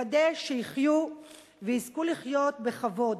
לוודא שיחיו ויזכו לחיות בכבוד,